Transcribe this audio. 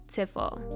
Tiffle